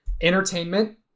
Entertainment